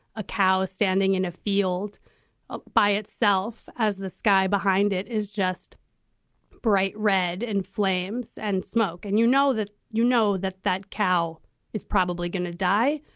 a cow is standing in a field ah by itself as the sky behind it is just bright red in flames and smoke and you know that you know that that cow is probably going to die.